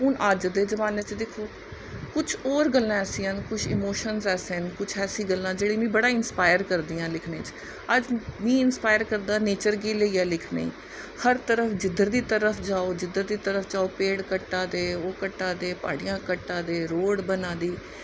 हून अज्ज दे जमाने च दिक्खो कुछ होर गल्लां ऐसियां न कुछ इमोशनल ऐसे न ऐसियां गल्लां न जेह्ड़ियां मिगी बड़ा इंसपायर करदियां लिखने च अज्ज मीं इंसपायर करदा नेचर गी लेइयै लिखने गी हर तरफ जिद्धर दी तरफ जाओ जिद्धर दी तरफ जाओ पेड़ कट्टा दे ओह् कट्टा दे प्हाड़ियां कट्टा दे रोेड़ बना दी